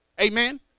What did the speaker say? amen